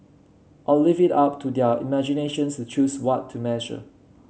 I'll leave it up to their imaginations to choose what to measure